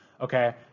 okay